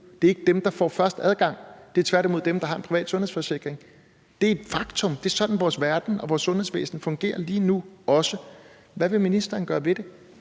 ikke er dem, der får først adgang; det er tværtimod dem, der har en privat sundhedsforsikring. Det er et faktum. Det er sådan, vores verden og vores sundhedsvæsen fungerer lige nu. Hvad vil ministeren gøre ved det?